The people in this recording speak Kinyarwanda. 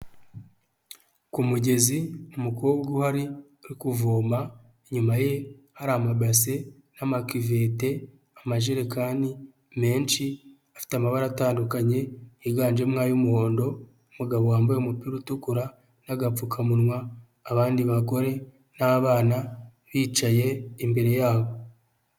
Ku mugezi umukobwa uhari kuvoma nyuma ye haramabase n,ama kivete, amajerekani menshi afite amabara atandukanye yiganjemo ay'umuhondo umugabo wambaye umupira utukura n'agapfukamunwa abandi bagore n'abana bicaye imbere yabo.